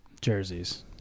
Jerseys